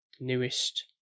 newest